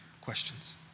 questions